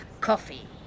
coffee